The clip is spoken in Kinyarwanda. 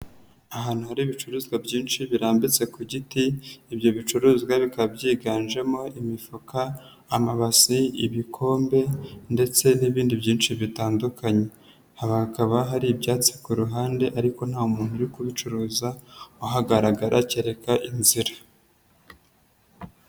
Ahantu hari ibicuruzwa byinshi birambitse ku giti, ibyo bicuruzwa bikaba byiganjemo imifuka, amabasi, ibikombe ndetse n'ibindi byinshi bitandukanye, hakaba hari ibyatsi ku ruhande ariko nta muntu uri kubicuruza uhagaragara kereka inzira.